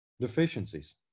deficiencies